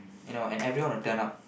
you know and everyone will turn up